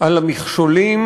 על המכשולים